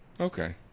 Okay